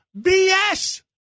BS